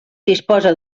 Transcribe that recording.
disposa